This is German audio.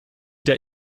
der